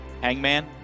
Hangman